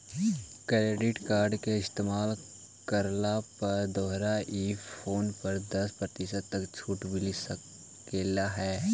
credit card के इस्तेमाल करला पर तोरा ई फोन पर दस प्रतिशत तक छूट मिल सकलों हे